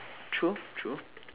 true true